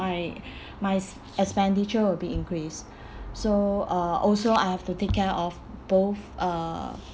uh my my s~ expenditure will be increased so uh also I have to take care of both uh